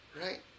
right